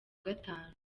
gatanu